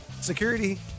security